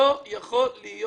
לא יכול להיות